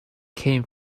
came